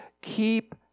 keep